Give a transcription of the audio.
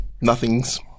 nothing's